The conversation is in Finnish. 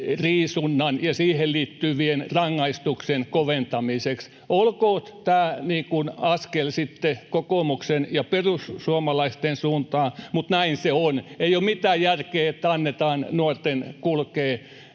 aseidenriisunnan ja siihen liittyvien rangaistusten koventamiseksi. Olkoon tämä niin kuin askel sitten kokoomuksen ja perussuomalaisten suuntaan, mutta näin se on. Ei ole mitään järkeä, että annetaan nuorten kulkea